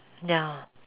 ya